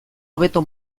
hobeto